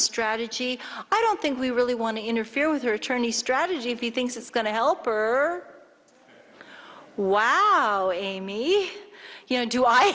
strategy i don't think we really want to interfere with her attorney strategy if you think that's going to help or wow me you know do i